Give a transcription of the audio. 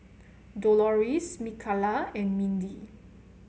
Doloris Mikalah and Mindi